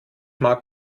mag